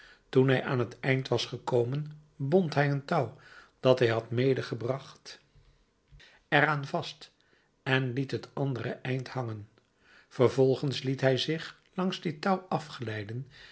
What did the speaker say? toen hij aan t eind was gekomen bond hij een touw dat hij had medegebracht er aan vast en liet het andere eind hangen vervolgens liet hij zich langs dit touw afglijden